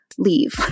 leave